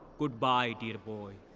goodbye, dear boy.